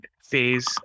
phase